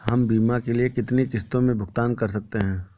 हम बीमा के लिए कितनी किश्तों में भुगतान कर सकते हैं?